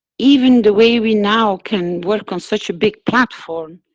even the way we now can work on such a big platform,